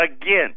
again